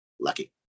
lucky